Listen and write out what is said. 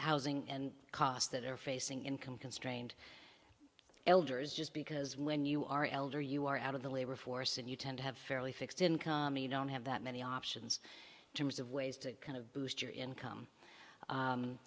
housing and costs that are facing income constrained elders just because when you are elder you are out of the labor force and you tend to have fairly fixed income don't have that many options terms of ways to kind of boost your income